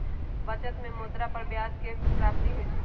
बचत में मुद्रा पर ब्याज के प्राप्ति होइ छइ